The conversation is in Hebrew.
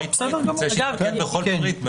אני מציע שנתמקד בכל פריט,